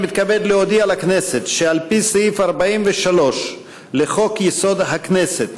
אני מתכבד להודיע לכנסת שעל פי סעיף 43 לחוק-יסוד: הכנסת,